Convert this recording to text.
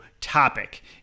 topic